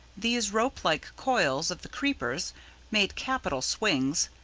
these rope-like coils of the creepers made capital swings,